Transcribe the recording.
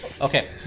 okay